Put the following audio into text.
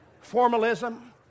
formalism